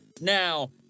Now